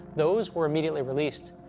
those were immediately released.